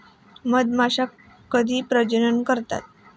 मधमाश्या कधी प्रजनन करतात?